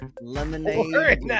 lemonade